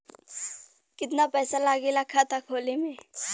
कितना पैसा लागेला खाता खोले में?